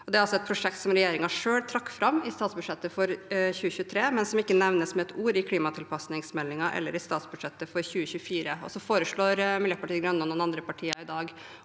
altså et prosjekt som regjeringen selv trakk fram i statsbudsjettet for 2023, men som ikke nevnes med ett ord i klimatilpasningsmeldingen eller i statsbudsjettet for 2024. Så foreslår Miljøpartiet De Grønne og noen andre partier i dag